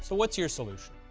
so what's your solution?